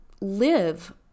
live